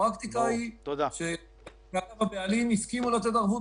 הפרקטיקה היא שגם הבעלים הסכימו לתת ערבות